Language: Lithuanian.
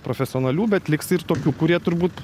profesionalių bet liks ir tokių kurie turbūt